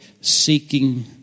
seeking